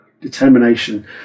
determination